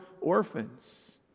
orphans